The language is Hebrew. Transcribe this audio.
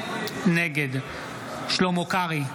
נגד שלמה קרעי,